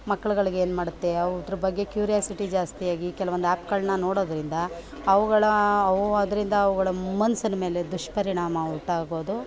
ಮಕ್ಳುಗಳಿಗೆ ಏನು ಮಾಡುತ್ತೆ ಅವು ಬಗ್ಗೆ ಕ್ಯೂರಿಯಾಸಿಟಿ ಜಾಸ್ತಿಯಾಗಿ ಕೆಲವೊಂದು ಆ್ಯಪ್ಗಳನ್ನ ನೋಡೋದರಿಂದ ಅವುಗಳ ಅವು ಅದರಿಂದ ಅವುಗಳ ಮನ್ಸಿನ ಮೇಲೆ ದುಷ್ಪರಿಣಾಮ ಉಂಟಾಗೋದು